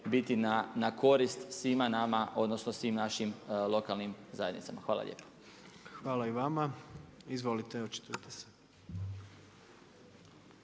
biti na korist svima nama odnosno svim našim lokalnim zajednicama. Hvala lijepo. **Jandroković, Gordan (HDZ)** Hvala i vama. Izvolite, očitujte se.